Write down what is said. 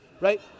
right